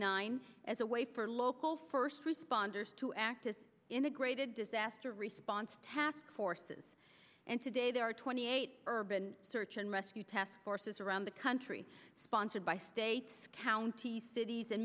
ninety as a way for local first responders to act in integrated disaster response task forces and today there are twenty eight urban search and rescue task forces around the country sponsored by states counties cities and